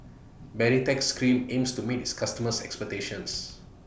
Baritex Cream aims to meet its customers' expectations